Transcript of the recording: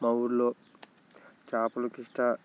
మా ఊళ్ళో చేపలు కిష్ట